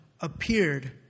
appeared